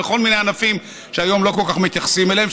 בכל מיני ענפים שהיום לא כל כך מתייחסים אליהם.